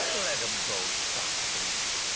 let them go scot-free.